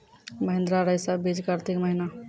महिंद्रा रईसा बीज कार्तिक महीना?